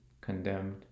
condemned